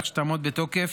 כך שתעמוד בתוקף